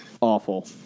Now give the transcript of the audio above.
Awful